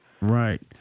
Right